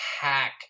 hack